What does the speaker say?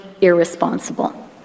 irresponsible